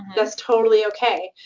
that's totally okay.